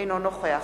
אינו נוכח